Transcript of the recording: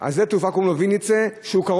ויניצה.